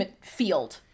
field